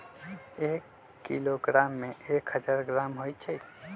एक किलोग्राम में एक हजार ग्राम होई छई